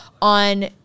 on